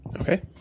Okay